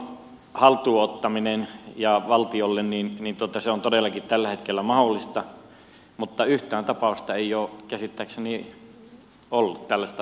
auton haltuun ottaminen valtiolle on todellakin tällä hetkellä mahdollista mutta yhtään tällaista tapausta ei ole käsittääkseni ollut että olisi otettu